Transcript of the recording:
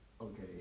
Okay